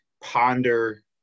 ponder